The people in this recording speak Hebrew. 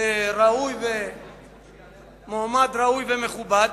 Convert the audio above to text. הוא מועמד ראוי ומכובד,